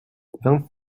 vingt